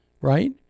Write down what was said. right